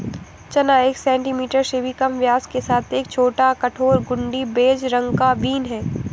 चना एक सेंटीमीटर से भी कम व्यास के साथ एक छोटा, कठोर, घुंडी, बेज रंग का बीन है